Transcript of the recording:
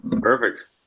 Perfect